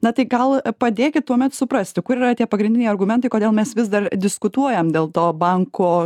na tai gal padėkit tuomet suprasti kur yra tie pagrindiniai argumentai kodėl mes vis dar diskutuojam dėl to banko